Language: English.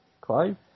Clive